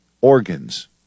organs